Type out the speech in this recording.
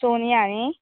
सोनिया न्ही